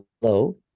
hello